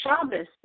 Shabbos